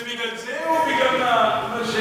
זה בגלל זה או בגלל מה שבלעת?